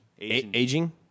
Aging